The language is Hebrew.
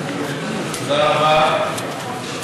תודה רבה.